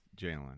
Jalen